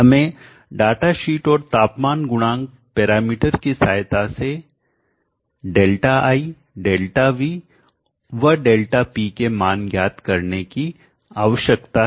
हमें data sheet और तापमान गुणांक पैरामीटर की सहायता से Δi Δv व Δp के मान ज्ञात करने की आवश्यकता है